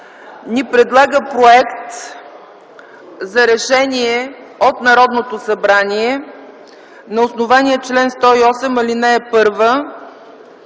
ни предлага проект за Решение от Народното събрание на основание чл. 108, ал. 1